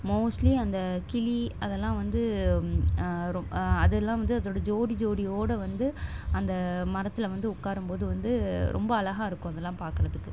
mostly அந்த கிளி அதெல்லாம் வந்து ரொ அதெல்லாம் வந்து அதோடய ஜோடி ஜோடியோடு வந்து அந்த மரத்தில் வந்து உட்காரும் போது வந்து ரொம்ப அழகா இருக்கும் அதெல்லாம் பார்க்கறதுக்கு